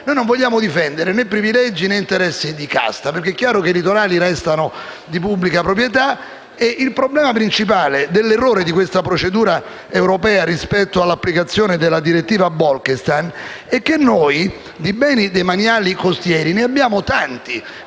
Non vogliamo difendere privilegi né interessi di casta, perché è chiaro che i litorali restano di pubblica proprietà, ma il problema principale di questa procedura europea, rispetto all'applicazione della "direttiva Bolkestein", è che noi di beni demaniali costieri ne abbiamo tanti